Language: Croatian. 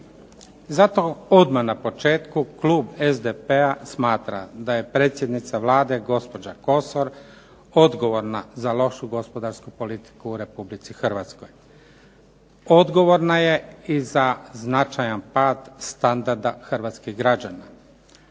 Zato odmah na početku klub SDP-a smatra da je predsjednica Vlade gospođa Jadranka Kosor odgovorna za lošu gospodarsku politiku u Republici HRvatskoj, odgovorna je i za značajan pad standarda hrvatskih građana.